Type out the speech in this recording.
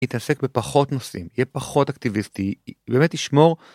יתעסק בפחות נושאים יהיה פחות אקטיביסטי באמת ישמור.